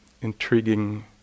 intriguing